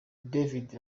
david